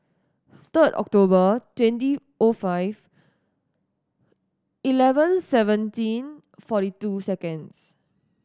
third October twenty O five eleven seventeen forty two seconds